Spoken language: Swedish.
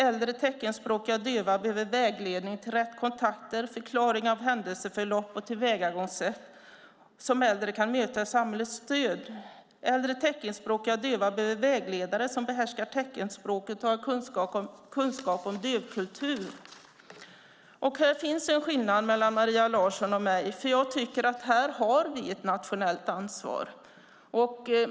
Äldre teckenspråkiga döva behöver vägledning till rätt kontakter och förklaring av händelseförlopp och tillvägagångssätt som äldre kan möta i samhällets stöd. Äldre teckenspråkiga döva behöver vägledare som behärskar teckenspråket och har kunskap om dövkultur. Här finns en skillnad mellan Maria Larsson och mig, för jag tycker att vi har ett nationellt ansvar.